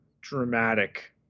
dramatic